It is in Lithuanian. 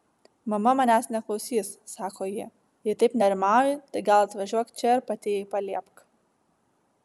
mama manęs neklausys sako ji jei taip nerimauji tai gal atvažiuok čia ir pati jai paliepk